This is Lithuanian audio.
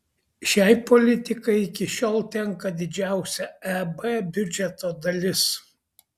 šiai politikai iki šiol tenka didžiausia eb biudžeto dalis